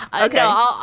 Okay